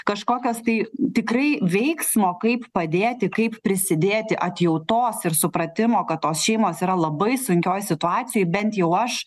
kažkokias tai tikrai veiksmo kaip padėti kaip prisidėti atjautos ir supratimo kad tos šeimos yra labai sunkioj situacijoj bent jau aš